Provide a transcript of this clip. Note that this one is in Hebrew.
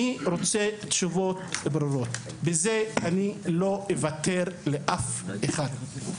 וזה תשובות ברורות, ולא אוותר על זה לאף אחד.